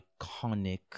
iconic